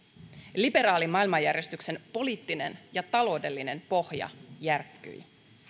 liberaalin maailmanjärjestyksen poliittinen ja taloudellinen pohja järkkyi